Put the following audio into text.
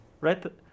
right